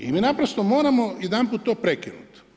I mi naprosto moramo jedanput to prekinuti.